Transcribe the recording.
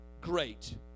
great